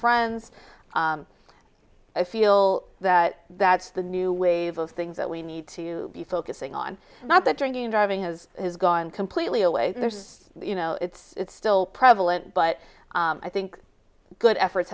friends i feel that that's the new wave of things that we need to be focusing on not that drinking and driving has has gone completely away there's you know it's still prevalent but i think good efforts